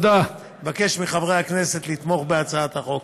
אבקש מחברי הכנסת לתמוך בהצעת החוק.